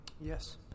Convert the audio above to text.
Yes